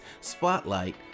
Spotlight